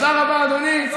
תודה רבה, אדוני.